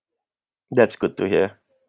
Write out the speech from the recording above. that's good to hear